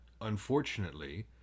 unfortunately